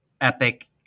Epic